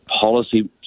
policy